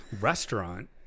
restaurant